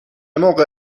موقع